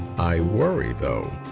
i worry, though,